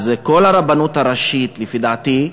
אז כל הרבנות הראשית, לפי דעתי,